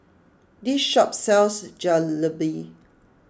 this shop sells Jalebi